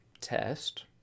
test